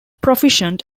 proficient